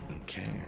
Okay